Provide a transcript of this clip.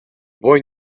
boy